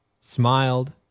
smiled